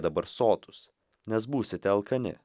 dabar sotūs nes būsite alkani